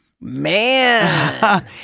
Man